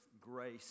grace